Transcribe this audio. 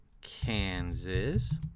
Kansas